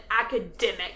academic